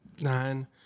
nine